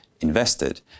invested